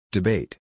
Debate